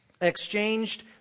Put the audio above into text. exchanged